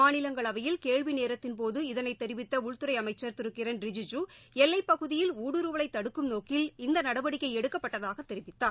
மாநிலங்களவையில் கேள்வி நேரத்தின்போது இதனை தெரிவித்த உள்துறை இணை அமைச்சர் திரு கிரண் ரிஜிஜூ எல்லை பகுதியில் ஊடுறுவலை தடுக்கும் நோக்கில் இந்த நடவடிக்கை எடுக்கப்பட்டதாக தெரிவித்தார்